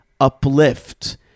uplift